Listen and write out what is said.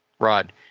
Rod